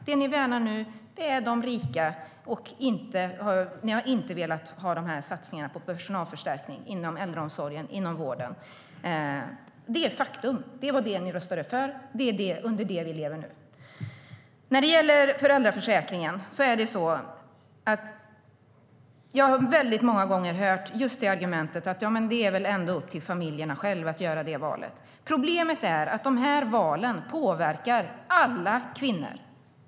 Det ni värnar nu är de rika. Ni har inte velat ha satsningar på personalförstärkning inom äldreomsorgen eller vården. Det är fakta. Det var detta ni röstade för, och det är under detta vi nu lever. När det gäller föräldraförsäkringen har jag många gånger hört argumentet att det väl ändå ska vara upp till familjerna själva att göra sina val. Problemet är dock att valen påverkar alla kvinnor.